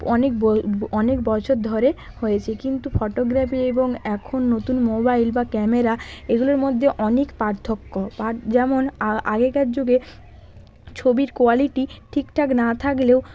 অনেক অনেক বছর ধরে হয়েছে কিন্তু ফটোগ্রাফি এবং এখন নতুন মোবাইল বা ক্যামেরা এগুলোর মধ্যে অনেক পার্থক্য পার যেমন আগেকার যুগে ছবির কোয়ালিটি ঠিকঠাক না থাকলেও